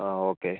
ആ ഓക്കേ